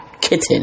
Kitten